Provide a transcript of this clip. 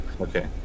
Okay